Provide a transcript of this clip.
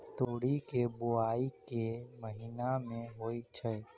तोरी केँ बोवाई केँ महीना मे होइ छैय?